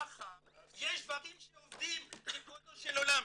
יש דברים שעובדים, ריבונו של עולם.